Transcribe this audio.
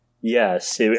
yes